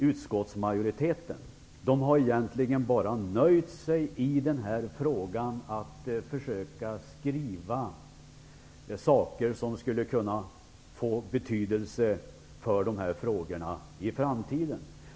Utskottsmajoriteten har egentligen bara nöjt sig med att försöka skriva saker som skulle kunna få betydelse för de här frågorna i framtiden.